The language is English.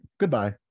goodbye